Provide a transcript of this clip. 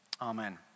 Amen